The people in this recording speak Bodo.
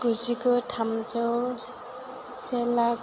गुजिगु थामजौ से लाख